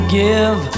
give